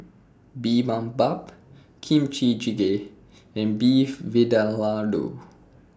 Bibimbap Kimchi Jjigae and Beef Vindaloo